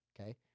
okay